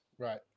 Right